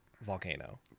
volcano